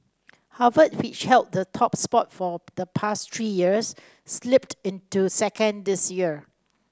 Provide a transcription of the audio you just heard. Harvard which held the top spot for the past three years slipped into second this year